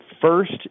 first